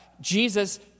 Jesus